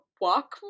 walk